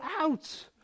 out